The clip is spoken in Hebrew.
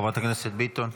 חברת הכנסת ביטון.